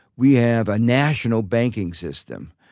we have a national banking system.